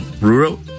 rural